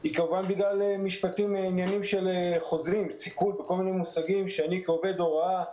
היא כמובן בגלל עניינים של חוזים וכל מיני מושגים שאני כעובד הוראה,